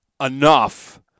enough